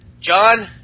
John